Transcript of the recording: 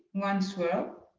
one swirl